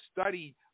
study